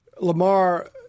Lamar –